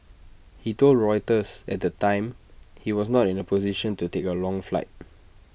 he told Reuters at the time he was not in A position to take A long flight